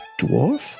dwarf